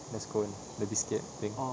the scone the biscuit thing